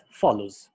follows